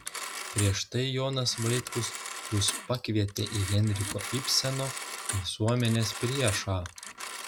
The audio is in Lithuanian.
prieš tai jonas vaitkus jus pakvietė į henriko ibseno visuomenės priešą